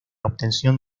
obtención